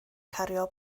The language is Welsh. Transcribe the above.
cario